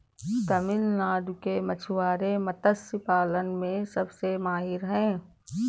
तमिलनाडु के मछुआरे मत्स्य पालन में सबसे माहिर हैं